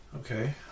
Okay